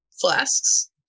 flasks